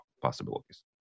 possibilities